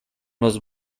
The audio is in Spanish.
los